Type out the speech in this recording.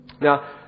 Now